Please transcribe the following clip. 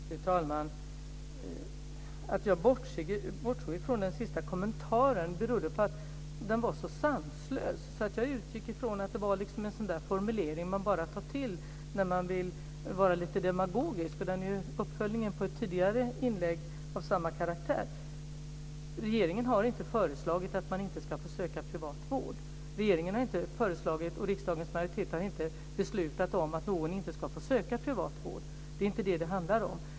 Fru talman! Att jag bortsåg från den sista kommentaren berodde på att den var så sanslös att jag utgick från att det bara var en sådan formulering som man tar till när man vill vara lite demagogisk. Det var ju en uppföljning av ett tidigare inlägg av samma karaktär. Regeringen har inte föreslagit att man inte ska få söka privat vård. Regeringen och riksdagens majoritet har inte beslutat om att någon inte ska få söka privat vård. Det är inte det som det handlar om.